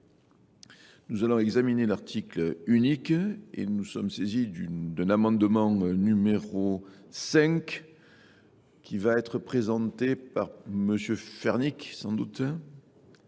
Nous allons examiner l'article unique et nous sommes saisis d'un amendement numéro 5 qui va être présenté par M. Fernick, sans doute.